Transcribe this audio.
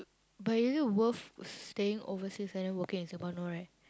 but is it worth staying overseas and then working in Singapore no right